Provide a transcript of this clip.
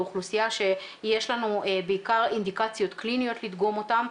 לאוכלוסייה שיש לנו בעיקר אינדיקציות קליניות לדגום אותם,